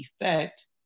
effect